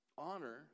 Honor